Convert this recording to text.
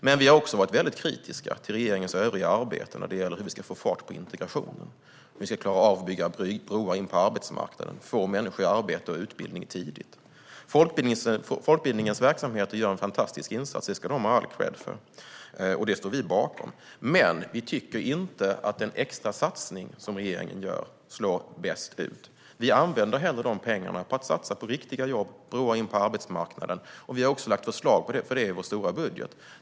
Men vi har också varit väldigt kritiska till regeringens övriga arbete för att få fart på integrationen, för att klara av att bygga broar in på arbetsmarknaden samt för att tidigt få människor i arbete och utbildning. Folkbildningens verksamhet gör en fantastisk insats; det ska man ha all kredd för och det står vi bakom. Men vi tycker inte att den extrasatsning som regeringen gör slår så väl ut. Vi använder hellre de pengarna till att satsa på riktiga jobb och broar in på arbetsmarknaden. Vi har också lagt fram förslag om det i vår stora budget.